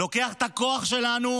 הוא לוקח את הכוח שלנו,